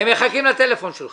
הם מחכים לטלפון שלך.